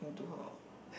to her